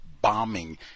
bombing